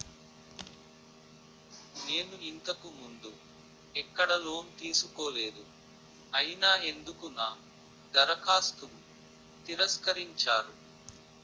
నేను ఇంతకు ముందు ఎక్కడ లోన్ తీసుకోలేదు అయినా ఎందుకు నా దరఖాస్తును తిరస్కరించారు?